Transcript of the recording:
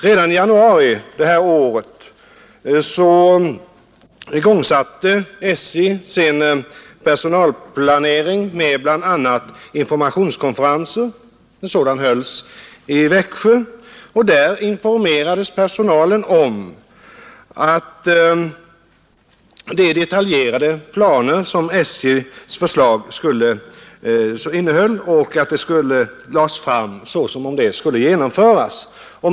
Redan i januari i år igångsatte SJ sin personalplanering med bl.a. informationskonferenser. En sådan hölls i Växjö, och där informerades personalen om de detaljerade planer som SJ: förslag innehöll. De lades fram som om det vore beslutat att de skulle genomföras.